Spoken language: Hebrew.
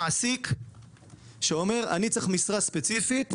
אם יש מעסיק שאומר "אני צריך משרה ספציפית",